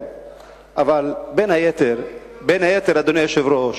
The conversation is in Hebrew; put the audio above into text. מאז לא נגמרו, בין היתר, אדוני היושב-ראש,